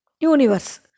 universe